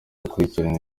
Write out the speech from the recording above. gukurikirana